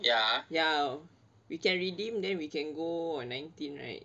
ya we can redeem then we can go on nineteen right